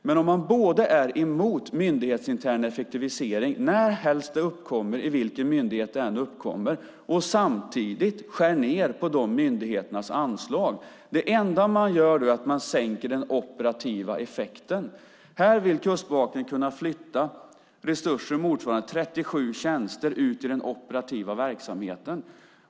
Men om man är emot myndighetsintern effektivisering, närhelst det uppkommer och i vilken myndighet det än uppkommer, och samtidigt skär ned på de myndigheternas anslag är det enda man då gör att sänka den operativa effekten. Här vill Kustbevakningen kunna flytta resurser motsvarande 37 tjänster ut i den operativa verksamheten.